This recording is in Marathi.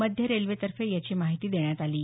मध्य रेल्वेतर्फे याची माहिती देण्यात आली आहे